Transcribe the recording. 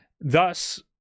Thus